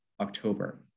October